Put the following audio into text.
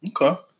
Okay